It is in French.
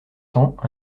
temps